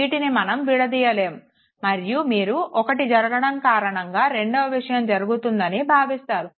వీటిని మనం విడదీయలేము మరియు మీరు ఒకటి జరగడం కారణంగా రెండవ విషయం జరుగుతుందని భావిస్తారు